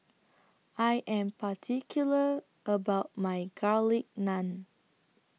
I Am particular about My Garlic Naan